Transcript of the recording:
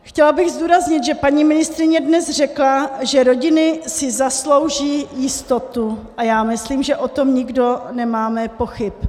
Chtěla bych zdůraznit, že paní ministryně dnes řekla, že rodiny si zaslouží jistotu, a já myslím, že o tom nikdo nemáme pochyb.